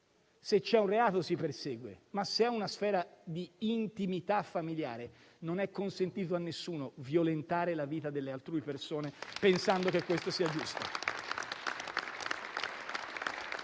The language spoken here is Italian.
se c'è un reato, si persegue, ma in caso contrario non è consentito a nessuno violentare la vita delle altre persone pensando che questo sia giusto